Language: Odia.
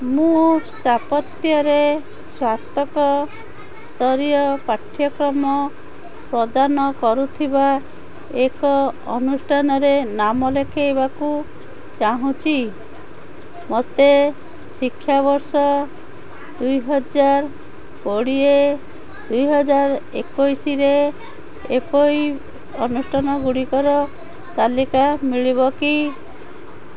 ମୁଁ ସ୍ଥାପତ୍ୟରେ ସ୍ନାତକ ସ୍ତରୀୟ ପାଠ୍ୟକ୍ରମ ପ୍ରଦାନ କରୁଥିବା ଏକ ଅନୁଷ୍ଠାନରେ ନାମ ଲେଖାଇବାକୁ ଚାହୁଁଛି ମୋତେ ଶିକ୍ଷାବର୍ଷ ଦୁଇ ହଜାର କୋଡ଼ିଏ ଦୁଇ ହଜାର ଏକୋଇଶିରେ ଏପରି ଅନୁଷ୍ଠାନଗୁଡ଼ିକର ତାଲିକା ମିଳିବ କି